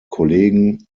kollegen